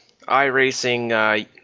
iRacing